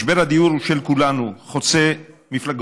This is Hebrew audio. משבר הדיור הוא של כולנו, חוצה מפלגות.